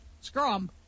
Scrum